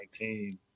2019